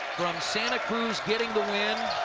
from santa cruz getting the win.